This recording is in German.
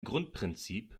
grundprinzip